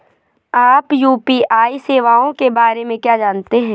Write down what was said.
आप यू.पी.आई सेवाओं के बारे में क्या जानते हैं?